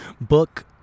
Book